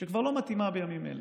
שכבר לא מתאימה בימים אלה.